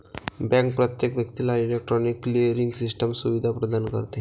bank प्रत्येक व्यक्तीला electronic clearing system सुविधा प्रदान करते